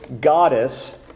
goddess